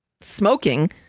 smoking